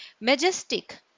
Majestic